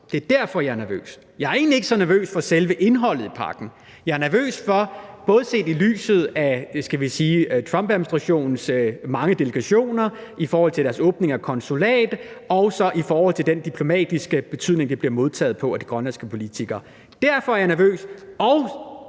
Det er derfor, jeg er nervøs. Jeg er egentlig ikke så nervøs for selve indholdet i pakken. Jeg er nervøs for det, både set i lyset af Trumpadministrationens mange delegationer, i forhold til deres åbning af et konsulat og i forhold til den diplomatiske betydning, det bliver tillagt af de grønlandske politikere. Derfor er jeg nervøs.